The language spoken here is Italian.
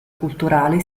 culturale